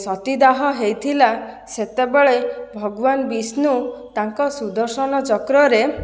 ସତୀଦାହ ହେଇଥିଲା ସେତେବେଳେ ଭଗବାନ ବିଷ୍ଣୁ ତାଙ୍କ ସୁଦର୍ଶନ ଚକ୍ରରେ